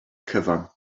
cyfan